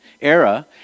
era